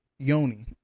Yoni